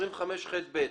הערות לסעיף 25ח(ב).